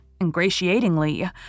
ingratiatingly